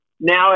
Now